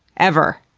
ever?